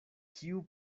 kiu